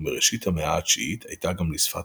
ומראשית המאה התשיעית הייתה גם לשפת